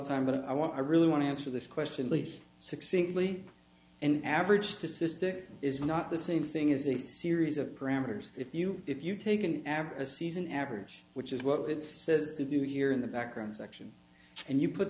time but i want i really want to answer this question least succinctly and average to cystic is not the same thing as a series of parameters if you if you take an average a season average which is what it says to do here in the background section and you put